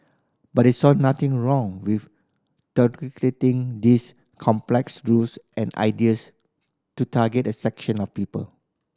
but they saw nothing wrong with these complex rules and ideas to target a section of people